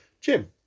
Jim